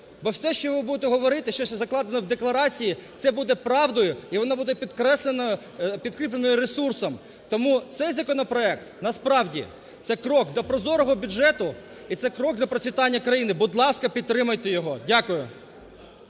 бо все, що ви будете говорити, що це закладено в декларації, – це буде правдою, і воно буде підкреслено… підкріплено ресурсом. Тому цей законопроект насправді – це крок до прозорого бюджету і це крок для процвітання країни. Будь ласка, підтримайте його. Дякую.